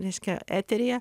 reiškia eteryje